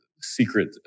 secret